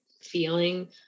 feeling